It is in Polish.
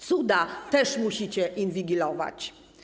Cuda też musicie inwigilować.